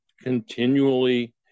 continually